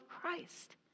Christ